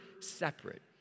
separate